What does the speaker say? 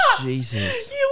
Jesus